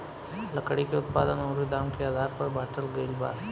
लकड़ी के उत्पादन अउरी दाम के आधार पर बाटल गईल बा